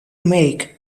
make